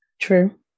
True